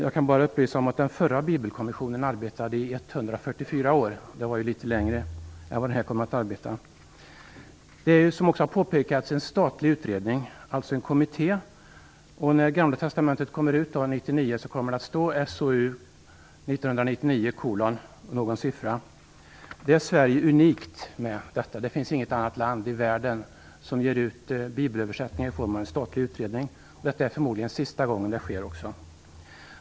Jag kan upplysa om att den förra Bibelkommissionen arbetade i 144 år, vilket är litet längre tid än vad nuvarande kommission kommer att arbeta. Kommissionen är, som också har påpekats, en statlig utredning, dvs. en kommitté. När gamla testamentet kommer ut 1999 kommer det att stå SOU99: följt av någon siffra. Detta är unikt för Sverige. Det finns inget annat land i världen som ger ut en bibelöversättning i form av en statlig utredning. Detta är förmodligen också sista gången det sker.